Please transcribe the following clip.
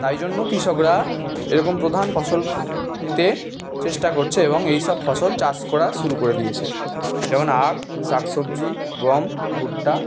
তাই জন্য কিষকরা এরকম প্রধান ফসল পেতে চেষ্টা করছে এবং এইসব ফসল চাষ করা শুরু করে দিয়েছে যেমন আখ শাকসবজি গম ভুট্টা